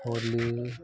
Holi